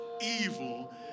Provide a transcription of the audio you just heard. evil